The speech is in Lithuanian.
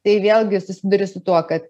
tai vėlgi susiduri su tuo kad